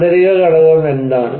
ആന്തരിക ഘടകം എന്താണ്